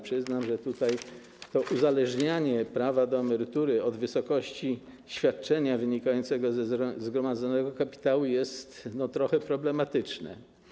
Przyznam jednak, że to uzależnianie prawa do emerytury od wysokości świadczenia wynikającego ze zgromadzonego kapitału jest trochę problematyczne.